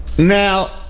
Now